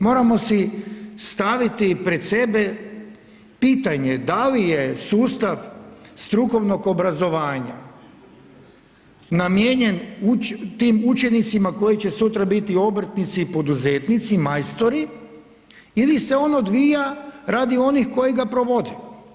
Moramo si staviti pred sebe pitanje, da li je sustav strukovnog obrazovanja namijenjen tim učenicima koji će sutra biti obrtnici poduzetnici i majstori ili se on odvija radi onih koji ga provode?